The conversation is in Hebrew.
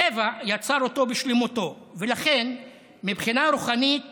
הטבע יצר אותו בשלמותו, ולכן מבחינה רוחנית